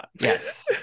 Yes